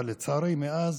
אבל לצערי, מאז